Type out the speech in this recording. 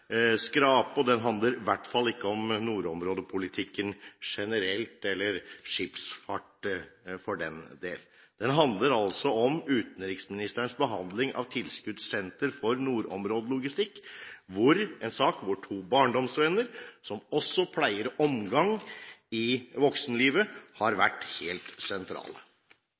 skrape, og den handler i hvert fall ikke om nordområdepolitikken generelt – eller om skipsfart, for den del. Saken handler altså om utenriksministerens behandling av tilskudd til Senter for nordområdelogistikk, hvor to barndomsvenner – som også pleier omgang i voksenlivet – har vært helt sentrale,